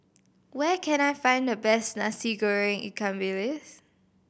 where can I find the best Nasi Goreng ikan bilis